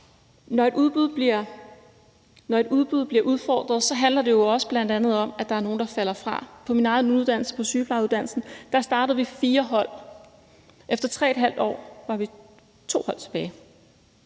Når et udbud bliver udfordret, handler det jo bl.a. om, at der er nogle, der falder fra. På min egen uddannelse, sygeplejeuddannelsen, startede vi fire hold. Efter 3½ år var vi to hold tilbage.